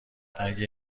اگه